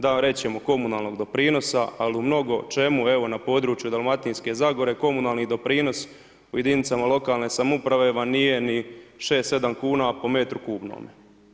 Da reći ćemo komunalnog doprinosa, ali u mnogo čemu evo na području Dalmatinske zagore komunalni doprinos u jedinicama lokalne samouprave vam nije ni 6, 7 kuna po metru kubnome.